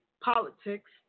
politics